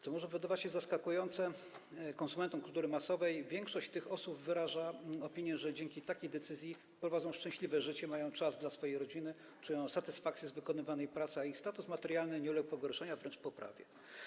Co może wydawać się zaskakujące konsumentom kultury masowej, większość tych osób wyraża opinię, że dzięki takiej decyzji prowadzi szczęśliwe życie, ma czas dla swojej rodziny, czuje satysfakcję z wykonywanej pracy, a status materialny tych osób nie uległ pogorszeniu, a wręcz poprawie.